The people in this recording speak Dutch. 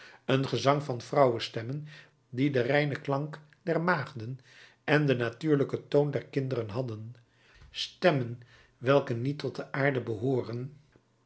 een gezang van vrouwenstemmen die den reinen klank der maagden en den natuurlijken toon der kinderen hadden stemmen welke niet tot de aarde behooren